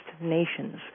Nations